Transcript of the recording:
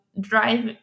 Drive